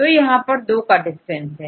तो यहां पर 2 का डिस्टेंस है